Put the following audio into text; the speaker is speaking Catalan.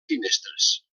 finestres